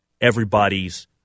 everybody's